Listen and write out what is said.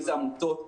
אם זה עמותות גדולות,